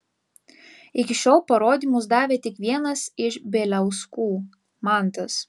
iki šiol parodymus davė tik vienas iš bieliauskų mantas